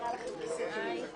ננעלה בשעה 11:02.